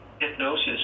hypnosis